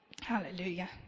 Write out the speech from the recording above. Hallelujah